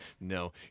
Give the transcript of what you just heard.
no